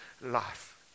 life